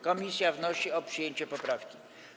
Komisja wnosi o przyjęcie poprawki.